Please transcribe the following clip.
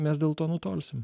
mes dėl to nutolsim